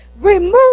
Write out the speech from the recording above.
remove